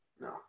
No